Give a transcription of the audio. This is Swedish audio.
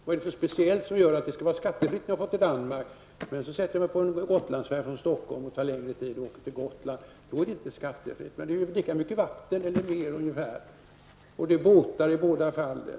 Vad är det för något speciellt som gör att det skall vara skattefritt när jag far till Danmark, men sätter jag mig på en Gotlandsfärja för att åka från Stockholm till Gotland, som tar längre tid, då är det inte skattefritt. Men det är ungefär lika mycket vatten och det är båtar i båda fallen.